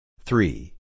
Three